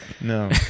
No